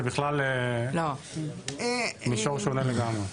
זה בכלל מישור שונה לגמרי.